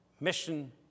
mission